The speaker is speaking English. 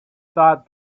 thought